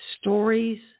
stories